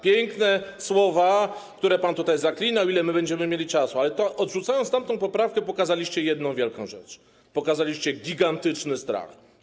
Piękne słowa, jak pan tutaj zaklinał, ile będziemy mieli czasu, ale odrzucając tamtą poprawkę, pokazaliście jedną wielką rzecz: pokazaliście gigantyczny strach.